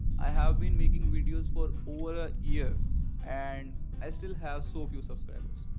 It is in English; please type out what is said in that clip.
i have been making videos for over a year and i still have so few subscribers.